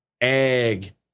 egg